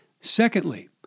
Secondly